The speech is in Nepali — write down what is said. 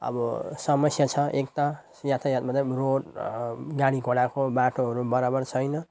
अब समस्या छ एक त यातायात मतलब रोड गाडीघोडाको बाटोहरू बराबर छैन